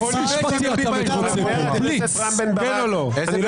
בליץ משפטי אתה --- בליץ לדמוקרטיה.